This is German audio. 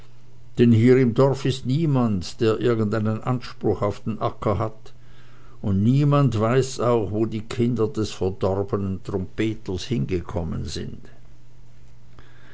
denn hier im dorf ist niemand der irgendeinen anspruch auf den acker hat und niemand weiß auch wo die kinder des verdorbenen trompeters hingekommen sind